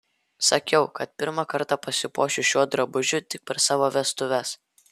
sakiau kad pirmą kartą pasipuošiu šiuo drabužiu tik per savo vestuves